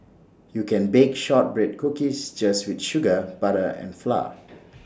you can bake Shortbread Cookies just with sugar butter and flour